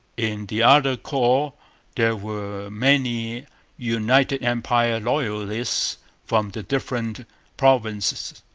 in the other corps there were many united empire loyalists from the different provinces,